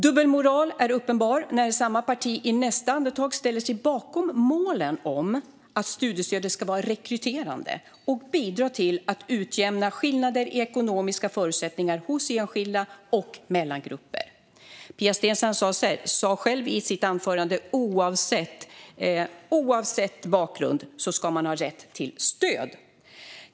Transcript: Dubbelmoralen är uppenbar när samma parti i nästa andetag ställer sig bakom målen om att studiestödet ska vara rekryterande och bidra till att utjämna skillnader i ekonomiska förutsättningar hos enskilda och mellan grupper. Pia Steensland sa själv i sitt anförande att oavsett bakgrund ska man ha rätt till stöd.